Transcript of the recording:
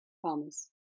Promise